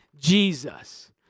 Jesus